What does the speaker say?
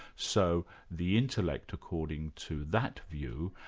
so the intellect, according to that view,